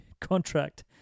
contract